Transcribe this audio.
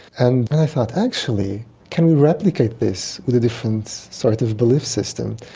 and i thought actually can we replicate this with a different sort of belief system?